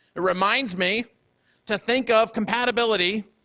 it reminds me to think of compatibility